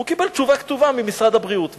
הוא קיבל תשובה כתובה ממשרד הבריאות,